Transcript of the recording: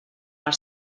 per